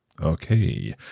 Okay